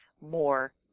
more